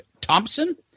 Thompson